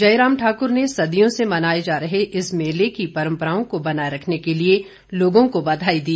जयराम ठाकुर ने सदियों से मनाए जा रहे इस मेले की परंपराओं को बनाए रखने के लिए लोगों को बधाई दी